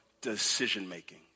decision-making